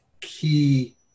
key